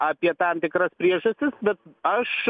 apie tam tikras priežastis bet aš